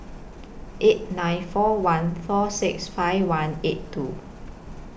eight nine four one four six five one eight two